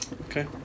Okay